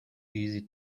easy